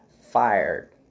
fired